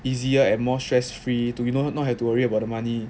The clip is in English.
easier and more stress free to you know not have to worry about the money